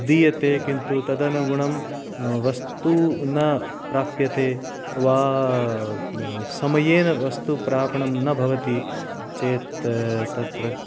दीयते किन्तु तदनुगुणं वस्तु न प्राप्यते वा समयेन वस्तुप्रापणं न भवति चेत् तत्र